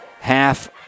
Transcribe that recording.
half